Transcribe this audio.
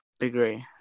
agree